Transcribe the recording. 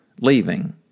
leaving